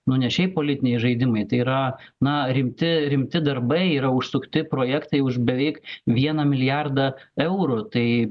nu ne šiaip politiniai žaidimai tai yra na rimti rimti darbai yra užsukti projektai už beveik vieną milijardą eurų tai